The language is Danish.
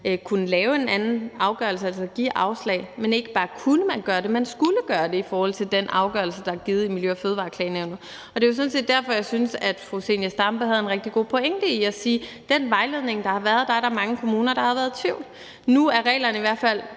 kunne lave en anden afgørelse, altså give afslag. Man ikke bare kunne gøre det; man skulle gøre det i forhold til den afgørelse, der er blevet givet i Miljø- og Fødevareklagenævnet. Og det er jo sådan set derfor, jeg syntes, at fru Zenia Stampe havde en rigtig god pointe i forhold til at sige, at med den vejledning, der har været, er der mange kommuner, der har været i tvivl. Nu er reglerne i hvert fald